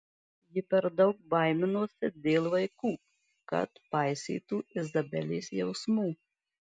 ji per daug baiminosi dėl vaikų kad paisytų izabelės jausmų